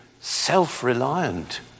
self-reliant